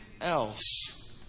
else